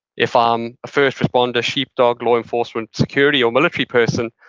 if i'm a first responder, sheepdog, law enforcement, security, or military person,